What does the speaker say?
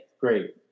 Great